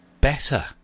better